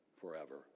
forever